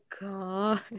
God